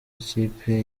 ikipe